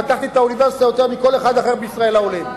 פתחתי את האוניברסיטה יותר מכל אחד אחר בישראל לעולים.